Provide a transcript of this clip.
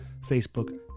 Facebook